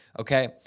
okay